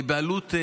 עלות,